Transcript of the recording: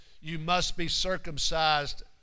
you-must-be-circumcised